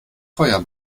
feuer